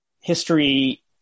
history